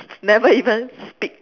never even speak